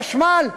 חשמל,